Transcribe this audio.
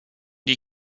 die